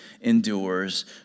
endures